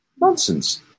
Nonsense